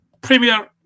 Premier